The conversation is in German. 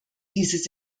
dieses